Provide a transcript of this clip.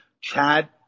Chad